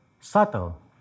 subtle